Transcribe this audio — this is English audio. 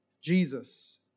Jesus